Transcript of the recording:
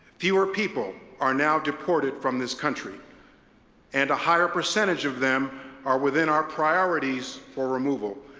fewer people are now deported from this country and a higher percentage of them are within our priorities for removal,